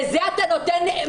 לזה אתה נותן במה?